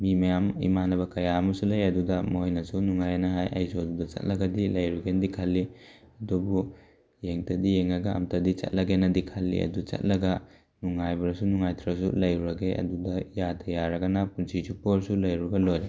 ꯃꯤ ꯃꯌꯥꯝ ꯏꯃꯥꯅꯕ ꯀꯌꯥ ꯑꯃꯁꯨ ꯂꯩ ꯑꯗꯨꯗ ꯃꯣꯏꯅꯁꯨ ꯅꯨꯡꯉꯥꯏꯑꯅ ꯍꯥꯏ ꯑꯩꯁꯨ ꯑꯗꯨꯗ ꯆꯠꯂꯒꯗꯤ ꯂꯩꯔꯨꯒꯦꯅꯗꯤ ꯈꯜꯂꯤ ꯑꯗꯨꯕꯨ ꯌꯦꯡꯇꯗꯤ ꯌꯦꯡꯉꯒ ꯑꯝꯇꯗꯤ ꯆꯠꯂꯒꯦꯅꯗꯤ ꯈꯜꯂꯤ ꯑꯗꯨ ꯆꯠꯂꯒ ꯅꯨꯡꯉꯥꯏꯕꯗꯨꯁꯨ ꯅꯨꯡꯉꯥꯏꯇ꯭ꯔꯁꯨ ꯂꯩꯔꯨꯔꯒꯦ ꯑꯗꯨꯗ ꯌꯥꯗ ꯌꯥꯔꯒꯅ ꯄꯨꯟꯁꯤ ꯆꯨꯞꯄ ꯑꯣꯏꯔꯁꯨ ꯂꯩꯔꯨꯔꯒ ꯂꯣꯏꯔꯦ